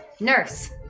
Nurse